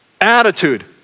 attitude